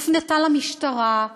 היא הופנתה למשטרה.